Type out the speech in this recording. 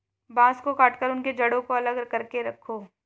बांस को काटकर उनके जड़ों को अलग करके रखो